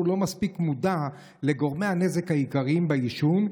לא מספיק מודע לגורמי הנזק העיקריים בעישון,